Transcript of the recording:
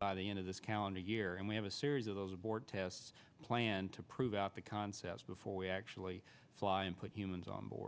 by the end of this calendar year and we have a series of those board tests planned to prove out the concepts before we actually fly and put humans on board